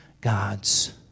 God's